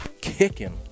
kicking